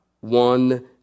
one